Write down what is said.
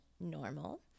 Normal